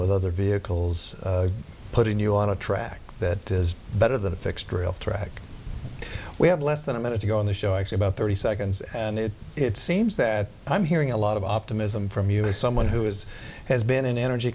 with other vehicles putting you on a track that is better than a fixed rail track we have less than a minute to go on the show it's about thirty seconds and it seems that i'm hearing a lot of optimism from you as someone who is has been an energy